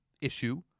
issue